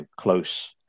close